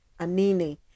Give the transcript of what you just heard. Anini